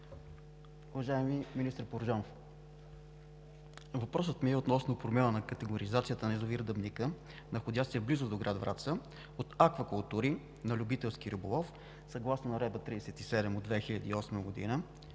Уважаеми министър Порожанов, въпросът ми е относно промяна на категоризацията на язовир „Дъбника“, находящ се близо до град Враца, от „Аквакултури“ на „Любителски риболов“, съгласно Наредба № 37 от 2008 г.